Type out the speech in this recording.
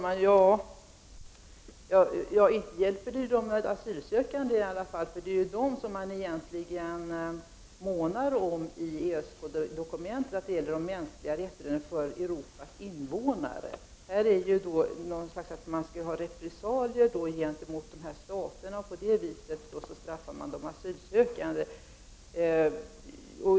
Herr talman! Detta hjälper inte de asylsökande. Det är ju dessa som man egentligen månar om i ESK-dokumentet. Det är fråga om de mänskliga rättigheterna för Europas invånare. Regeringen säger att man skall ta till repressalier mot dessa stater, men på det viset straffar man de asylsökande.